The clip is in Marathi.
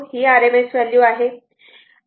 तर V ही RMS व्हॅल्यू आहे